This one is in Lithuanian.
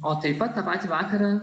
o taip pat tą patį vakarą